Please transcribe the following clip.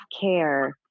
care